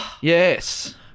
Yes